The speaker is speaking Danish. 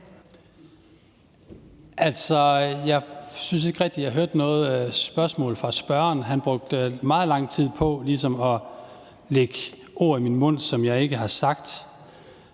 Jeg synes ikke rigtig, jeg hørte noget spørgsmål fra spørgeren. Han brugte meget lang tid på ligesom at lægge ord i min mund, som jeg ikke har sagt.